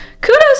Kudos